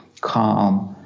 calm